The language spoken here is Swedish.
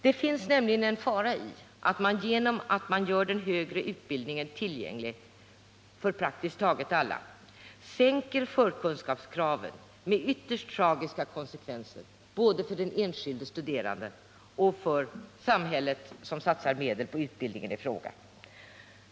Det ligger nämligen en fara i att man genom att göra den högre utbildningen tillgänglig för praktiskt taget alla sänker förkunskapskraven, med ytterst tragiska konsekvenser både för den enskilde studeranden och för samhället, som satsar medel på utbildningen i fråga.